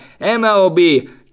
MLB